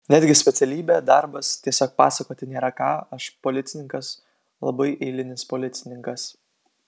netgi specialybė darbas tiesiog pasakoti nėra ką aš policininkas labai eilinis policininkas